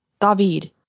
David